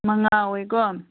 ꯃꯉꯥ ꯑꯣꯏꯀꯣ